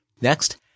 Next